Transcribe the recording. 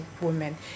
women